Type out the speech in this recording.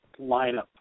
lineup